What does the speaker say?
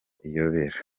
iyobera